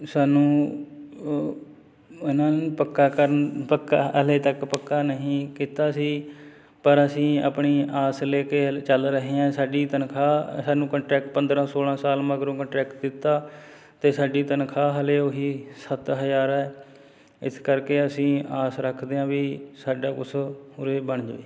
ਸਾਨੂੰ ਉਹਨਾਂ ਨੂੰ ਪੱਕਾ ਕਰਨ ਪੱਕਾ ਹਾਲੇ ਤੱਕ ਪੱਕਾ ਨਹੀਂ ਕੀਤਾ ਸੀ ਪਰ ਅਸੀਂ ਆਪਣੀ ਆਸ ਲੈ ਕੇ ਚੱਲ ਰਹੇ ਹਾਂ ਸਾਡੀ ਤਨਖਾਹ ਸਾਨੂੰ ਕੰਟਰੈਕਟ ਪੰਦਰ੍ਹਾਂ ਸੋਲ੍ਹਾਂ ਸਾਲ ਮਗਰੋਂ ਕੰਟਰੈਕਟ ਦਿੱਤਾ ਅਤੇ ਸਾਡੀ ਤਨਖਾਹ ਹਾਲੇ ਉਹੀ ਸੱਤ ਹਜ਼ਾਰ ਹੈ ਇਸ ਕਰਕੇ ਅਸੀਂ ਆਸ ਰੱਖਦੇ ਹਾਂ ਵੀ ਸਾਡਾ ਕੁਛ ਉਰੇ ਬਣ ਜਾਵੇ